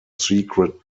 secret